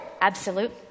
Absolute